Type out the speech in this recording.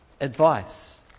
advice